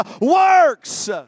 works